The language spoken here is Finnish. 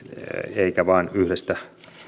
eikä vain yhdestä